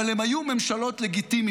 אבל הן היו ממשלות לגיטימיות.